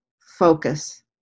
focus